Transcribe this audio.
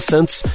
Santos